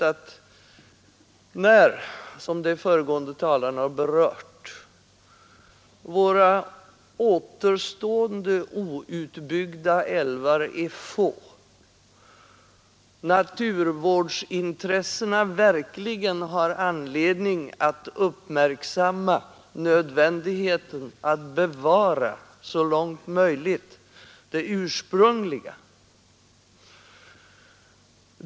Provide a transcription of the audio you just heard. När, såsom de föregående talarna har berört, våra återstående outbyggda älvar är få, har företrädare för naturvårdsintressena verkligen anledning att uppmärksamma nödvändigheten att så långt möjligt bevara det ursprungliga.